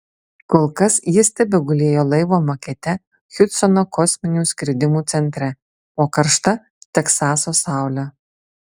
kol kas jis tebegulėjo laivo makete hjustono kosminių skridimų centre po karšta teksaso saule